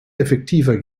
effektiver